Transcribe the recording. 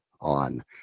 on